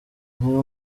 niba